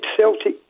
Celtic